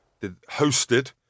hosted